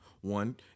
one